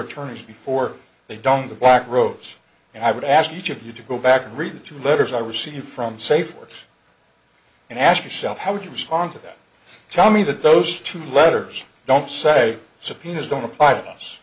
attorneys before they donned the black robes and i would ask each of you to go back and read the two letters i received from safeword and ask yourself how would you respond to that tell me that those two letters don't say subpoenas don't apply to us